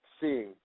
seeing